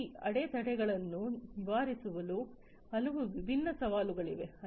ಈ ಅಡೆತಡೆಗಳನ್ನು ನಿವಾರಿಸಲು ಹಲವು ವಿಭಿನ್ನ ಸವಾಲುಗಳಿವೆ